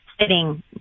sitting